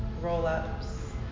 roll-ups